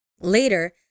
Later